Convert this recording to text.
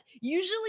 usually